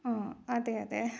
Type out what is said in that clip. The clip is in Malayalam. ആ അതെ അതെ